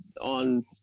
on